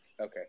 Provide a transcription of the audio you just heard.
Okay